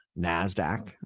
NASDAQ